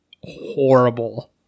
horrible